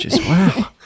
wow